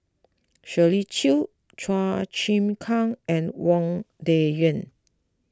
Shirley Chew Chua Chim Kang and Wang Dayuan